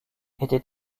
était